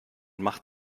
macht